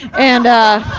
and ah.